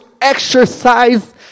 exercise